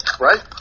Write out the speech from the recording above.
right